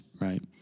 right